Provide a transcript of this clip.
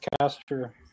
Caster